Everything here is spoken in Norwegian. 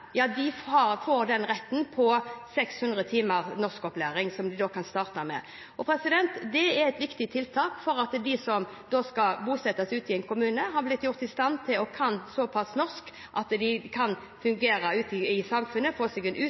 får retten til 600 timer norskopplæring, som de da kan starte med. Det er et viktig tiltak for at de som skal bosettes ute i en kommune, skal kunne norsk såpass godt at de kan fungere ute i samfunnet, få seg